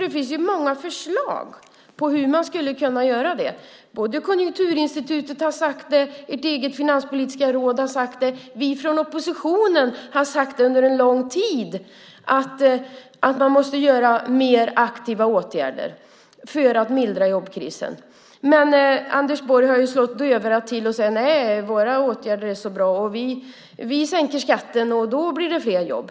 Det finns ju många förslag på hur man skulle kunna göra det. Både Konjunkturinstitutet och ert eget finanspolitiska råd har sagt det och vi från oppositionen har under en lång tid sagt att man måste vidta mer aktiva åtgärder för att mildra jobbkrisen. Men Anders Borg slår dövörat till och säger: Nej, våra åtgärder är så bra. Vi sänker skatten. Då blir det fler jobb.